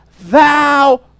thou